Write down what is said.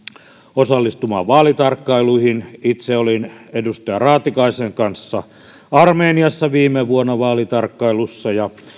osallistumaan vaalitarkkailuihin itse olin edustaja raatikaisen kanssa armeniassa viime vuonna vaalitarkkailussa ja